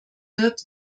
wird